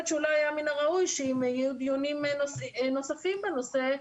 שאולי היה מן הראוי שאם יהיו דיונים נוספים בנושא,